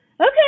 Okay